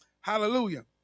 hallelujah